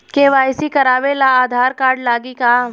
KYC करावे ला Aadhaar card लागी का?